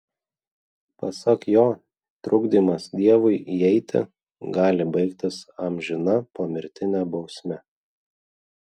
pasak jo trukdymas dievui įeiti gali baigtis amžina pomirtine bausme